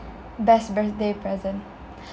best birthday present